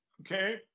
Okay